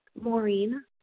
Maureen